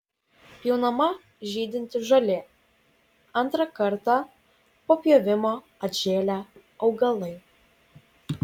pjaunama žydinti žolė antrą kartą po pjovimo atžėlę augalai